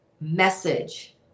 message